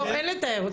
לא, אין לתאר אתכם.